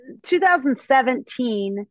2017